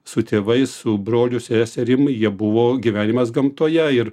su tėvais su broliu seserim jie buvo gyvenimas gamtoje ir